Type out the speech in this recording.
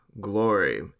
Glory